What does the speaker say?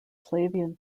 flavian